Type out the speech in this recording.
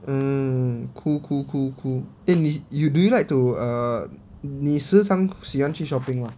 mm cool cool cool cool then 你 do you like to err 你时常喜欢去 shopping mah